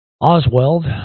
Oswald